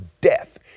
death